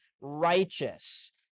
righteous